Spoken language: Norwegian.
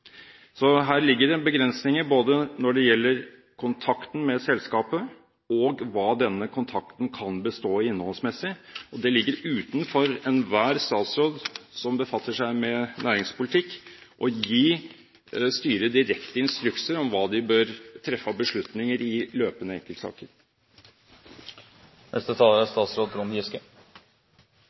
Så her ligger det begrensninger både når det gjelder kontakten med selskapet, og hva denne kontakten kan bestå i innholdsmessig. Det ligger utenfor enhver statsråd som befatter seg med næringspolitikk, å gi styret direkte instrukser om hva de bør treffe av beslutninger i løpende enkeltsaker. Det er